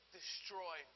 destroy